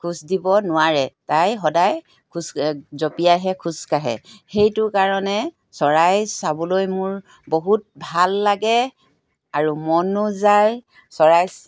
খোজ দিব নোৱাৰে তাই সদায় খোজ জঁপিয়াইহে খোজকাঢ়ে সেইটো কাৰণে চৰাই চাবলৈ মোৰ বহুত ভাল লাগে আৰু মনো যায় চৰাই